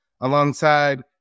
alongside